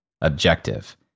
objective